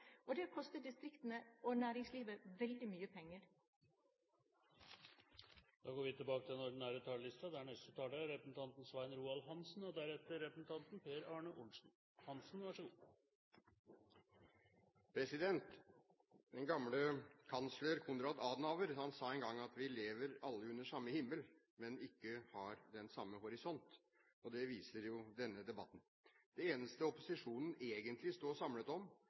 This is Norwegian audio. og det koster distriktene og næringslivet veldig mye penger. Replikkordskiftet er omme. Den gamle kansler Konrad Adenauer sa en gang at vi lever alle under den samme himmel, men ikke alle har den samme horisont. Det viser jo denne debatten. Det eneste opposisjonen egentlig står samlet om,